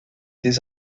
des